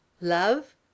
love